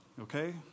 okay